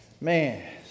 Man